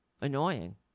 annoying